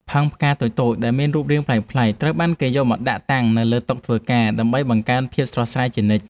ផើងផ្កាតូចៗដែលមានរូបរាងប្លែកៗត្រូវបានគេយកមកដាក់តាំងនៅលើតុធ្វើការដើម្បីបង្កើនភាពស្រស់ស្រាយជានិច្ច។